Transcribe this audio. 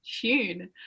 Tune